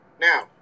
Now